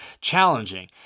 challenging